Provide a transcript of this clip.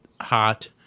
hot